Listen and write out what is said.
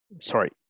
Sorry